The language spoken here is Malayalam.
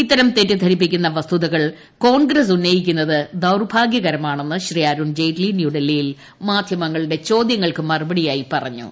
ഇത്തരം തെറ്റിദ്ധരിപ്പിക്കുന്ന വസ്തുതകൾ കോൺഗ്രസ് ഉന്നയിക്കുന്നത് ദൌർഭാഗ്യക്രമാണെന്ന് ശ്രീ അരുൺ ജെയ്റ്റ്ലി ന്യൂഡൽഹിയിൽ മാധ്യമങ്ങളുടെ ചോദ്യങ്ങൾക്ക് മറുപടിയായി പറഞ്ഞു